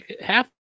Half